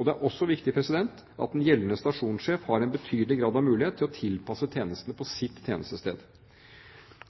Det er også viktig at den gjeldende stasjonssjef har en betydelig grad av mulighet til å tilpasse tjenestene på sitt tjenestested.